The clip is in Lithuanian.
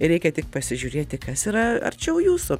reikia tik pasižiūrėti kas yra arčiau jūsų